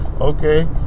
okay